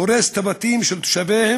הורס את הבתים של תושביהם